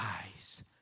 eyes